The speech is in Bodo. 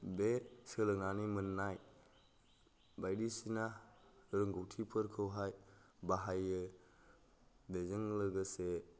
बे सोलोंनानै मोननाय बायिदिसिना रोंगौथिफोरखौहाय बाहायो बेजों लोगोसे